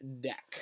deck